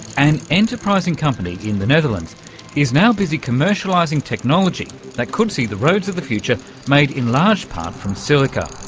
an enterprising company in the netherlands is now busy commercialising technology that could see the roads of the future made in large part from silica.